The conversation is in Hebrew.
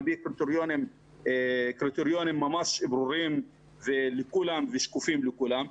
פי קריטריונים ברורים לכולם ושקופים לכולם.